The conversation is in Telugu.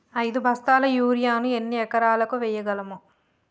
ఐదు బస్తాల యూరియా ను ఎన్ని ఎకరాలకు వేయగలము?